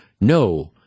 No